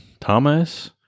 Thomas